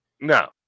No